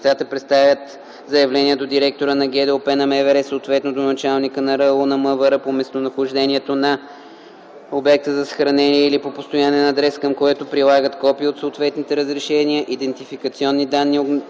Лицата представят заявление до директора на ГДОП на МВР, съответно до началника на РУ на МВР по местонахождението на обекта за съхранение или по постоянен адрес, към което прилагат копие от съответните разрешения, идентификационни данни